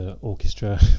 orchestra